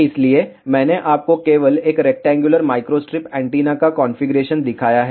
इसलिए मैंने आपको केवल एक रेक्टेंगुलर माइक्रोस्ट्रिप एंटीना का कॉन्फ़िगरेशन दिखाया है